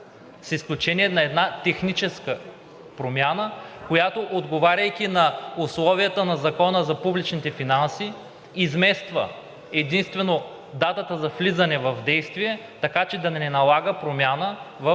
с изключение на една техническа промяна, която, отговаряйки на условията на Закона за публичните финанси, измества единствено датата за влизане в действие, така че да не налага промяна в